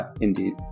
Indeed